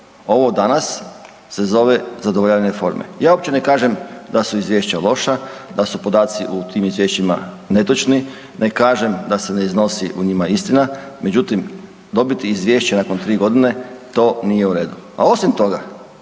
Ovo danas se zove zadovoljavanje forme. Ja uopće ne kažem da su izvješća loša, da su podaci u tim izvješćima netočni, ne kažem da se ne iznosi u njima istina, međutim dobiti izvješće nakon 3 godine to nije u redu. A osim toga